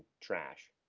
trash